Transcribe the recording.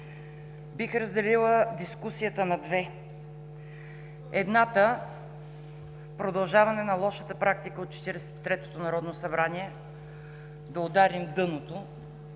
Бих разделила дискусията на две. Едната – продължаване на лошата практика от Четиридесет и третото народно събрание да ударим дъното